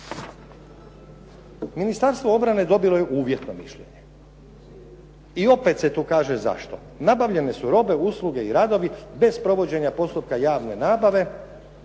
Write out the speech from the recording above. Ministarstvo obrane dobilo je uvjetno mišljenje, i opet se tu kaže zašto. Nabavljene su robe, usluge i radovi bez provođenja postupka javne nabave